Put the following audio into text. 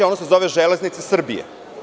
Ono se zove „Železnice Srbije“